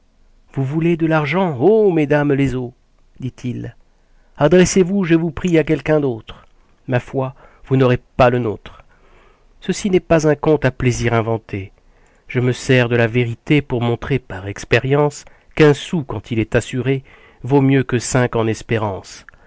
vous voulez de l'argent ô mesdames les eaux dit-il adressez-vous je vous prie à quelque autre ma foi vous n'aurez pas le nôtre ceci n'est pas un conte à plaisir inventé je me sers de la vérité pour montrer par expérience qu'un sou quand il est assuré vaut mieux que cinq en espérance